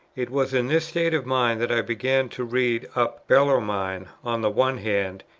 it was in this state of mind that i began to read up bellarmine on the one hand,